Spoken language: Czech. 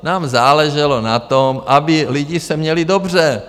Nám záleželo na tom, aby lidi se měli dobře.